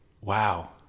Wow